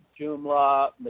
Joomla